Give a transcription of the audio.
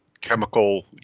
chemical